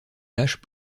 taches